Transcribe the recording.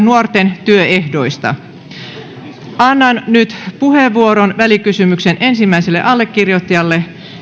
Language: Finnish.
nuorten työehdoista annan nyt puheenvuoron välikysymyksen ensimmäiselle allekirjoittajalle